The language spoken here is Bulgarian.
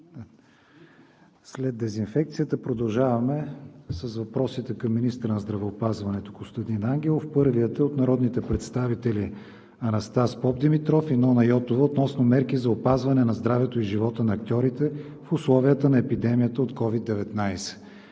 следваща година! Продължаваме с въпросите към министъра на здравеопазването Костадин Ангелов. Първият е от народните представители Анастас Попдимитров и Нона Йотова относно мерки за опазване на здравето и живота на актьорите в условията на епидемията от COVID-19.